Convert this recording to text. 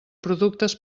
productes